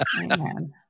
Amen